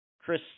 Chris